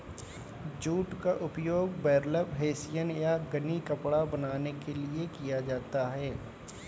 jute का उपयोग burlap hessian या गनी कपड़ा बनाने के लिए किया जाता है